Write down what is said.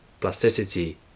plasticity